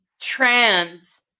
trans